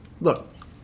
look